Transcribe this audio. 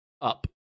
up